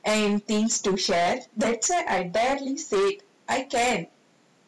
and things to share that's why I barely said I can